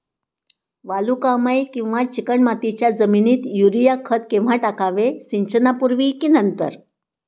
वालुकामय किंवा चिकणमातीच्या जमिनीत युरिया खत केव्हा टाकावे, सिंचनापूर्वी की नंतर?